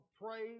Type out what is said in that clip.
pray